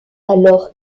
alors